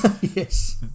Yes